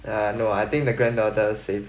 yeah no I think the granddaughter safe